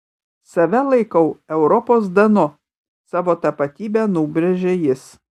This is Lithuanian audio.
save laikau europos danu savo tapatybę nubrėžė jis